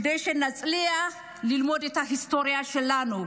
כדי שנצליח ללמוד את ההיסטוריה שלנו,